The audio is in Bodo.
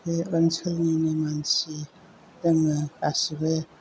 बे ओनसोलनिनो मानसि जोंनो गासिबो